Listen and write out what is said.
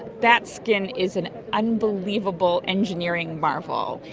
bat skin is an unbelievable engineering marvel.